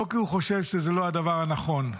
לא כי הוא חושב שזה לא הדבר הנכון,